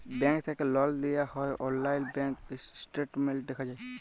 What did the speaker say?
bank থ্যাকে লল লিয়া হ্যয় অললাইল ব্যাংক ইসট্যাটমেল্ট দ্যাখা যায়